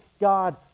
God